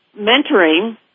mentoring